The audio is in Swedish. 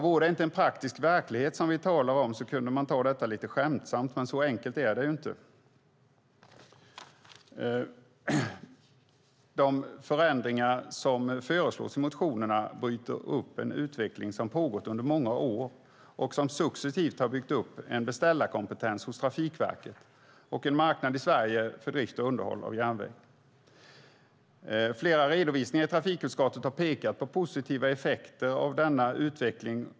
Vore det inte en praktisk verklighet som vi talade om kunde man ta detta lite skämtsamt, men så enkelt är det inte. De förändringar som föreslås i motionerna bryter upp en utveckling som har pågått under många år och som successivt har byggt upp en beställarkompetens hos Trafikverket och en marknad i Sverige för drift och underhåll av järnväg. Flera redovisningar i trafikutskottet har pekat på positiva effekter av denna utveckling.